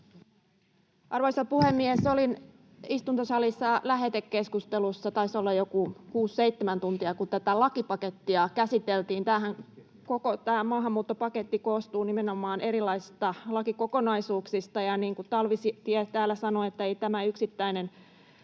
Arvoisa puhemies! Olin istuntosalissa lähetekeskustelussa, taisi olla joku kuusi seitsemän tuntia, mitä tätä lakipakettia käsiteltiin. Koko tämä maahanmuuttopakettihan koostuu nimenomaan erilaisista lakikokonaisuuksista, ja vaikka Talvitie täällä sanoi, että ei tämä yksittäinen